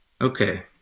Okay